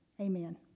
Amen